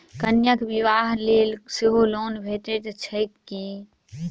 कन्याक बियाह लेल सेहो लोन भेटैत छैक की?